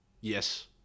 Yes